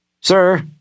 Sir